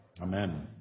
Amen